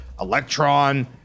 Electron